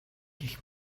гэх